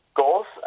goals